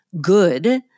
good